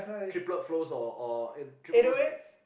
triplet flow or or triplet flows and